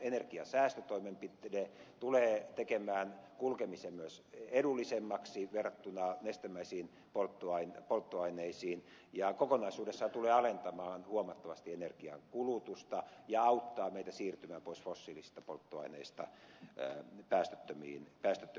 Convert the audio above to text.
se tulee tekemään kulkemisen myös edullisemmaksi verrattuna nestemäisiin polttoaineisiin ja kokonaisuudessaan tulee alentamaan huomattavasti energiankulutusta ja auttaa meitä siirtymään pois fossiilisista polttoaineista päästöttömien energialähteiden käyttöön